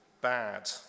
bad